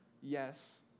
Yes